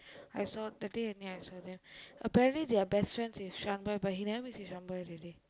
I saw that day only I saw them apparently they are best friends with Shaan boy but he never mix with Shaan boy already